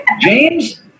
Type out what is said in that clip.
James